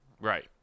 Right